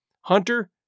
Hunter